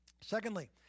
Secondly